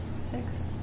Six